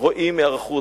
רואים היערכות.